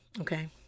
okay